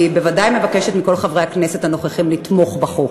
אני בוודאי מבקשת מכל חברי הכנסת הנוכחים לתמוך בחוק.